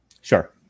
sure